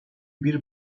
bir